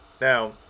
Now